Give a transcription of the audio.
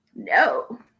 No